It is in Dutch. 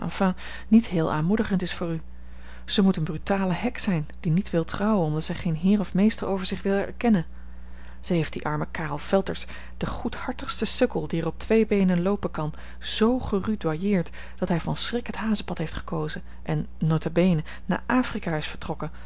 niet heel aanmoedigend is voor u zij moet eene brutale heks zijn die niet wil trouwen omdat zij geen heer of meester over zich wil erkennen ze heeft dien armen karel felters den goedhartigsten sukkel die er op twee beenen loopen kan zoo gerudoyeerd dat hij van schrik het hazenpad heeft gekozen en nota bene naar afrika is vertrokken